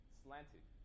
slanted